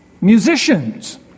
musicians